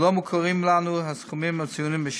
ולא מוכרים לנו הסכומים המצוינים בשאילתה.